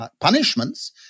punishments